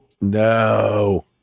no